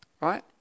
Right